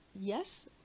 yes